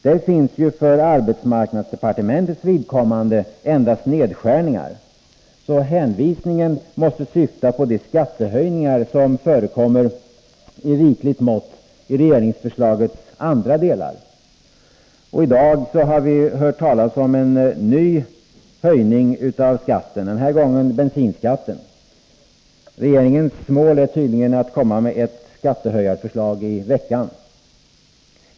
Där finns ju för arbetsmarknadsdepartementets vidkommande endast nedskärningar, så hänvisningen måste syfta på de skattehöjningar som förekommer i rikligt mått i regeringsförslagets andra delar. I dag har vi hört talas om en ny höjning av skatten, denna gång bensinskatten. Regeringens mål är tydligen att komma med ett skattehöjarförslag i veckan.